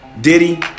Diddy